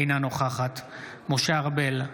אינה נוכחת משה ארבל,